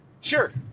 sure